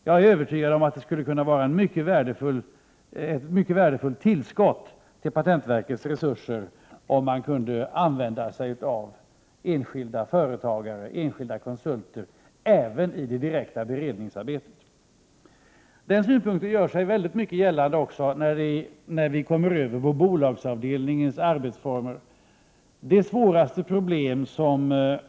Jag är övertygad om att det skulle kunna vara ett mycket värdefullt tillskott till patentverkets resurser om man kunde använda sig av enskilda konsulter även i det direkta beredningsarbetet. Den ståndpunkten gör sig väldigt mycket gällande också när vi går över på bolagsavdelningens arbetsformer. Det svåraste problem som näringslivet — Prot.